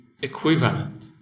equivalent